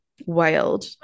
wild